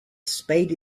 spade